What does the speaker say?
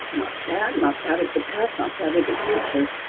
not that, not that of the past, not that of the future.